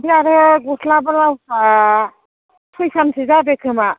ओमफ्राय आरो गस्ला ब्लाउसआ सइखानसो जादो खोमा